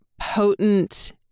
potent